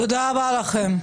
--- תודה רבה לכם.